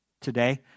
today